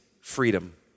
freedom